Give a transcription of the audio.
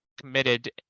committed